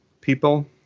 people